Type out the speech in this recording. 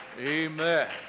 Amen